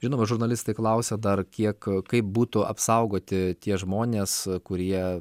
žinoma žurnalistai klausė dar kiek kaip būtų apsaugoti tie žmonės kurie